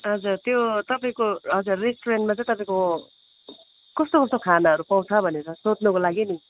हजुर त्यो तपाईँको हजुर रेस्टुरेन्टमा चाहिँ तपाईँको कस्तो कस्तो खानाहरू पाउँछ भनेर सोध्नको लागि नि